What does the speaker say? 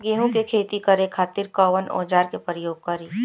गेहूं के खेती करे खातिर कवन औजार के प्रयोग करी?